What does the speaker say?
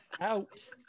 Out